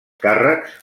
càrrecs